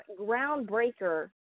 groundbreaker